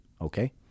Okay